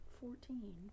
Fourteen